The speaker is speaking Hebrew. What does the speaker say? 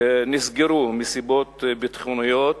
נסגרו מסיבות ביטחוניות,